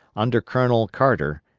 under colonel carter,